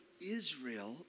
Israel